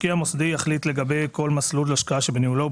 משקיע מוסדי יחליט לגבי כל מסלול השקעה שבניהולו,